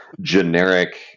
generic